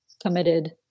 committed